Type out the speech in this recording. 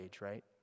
right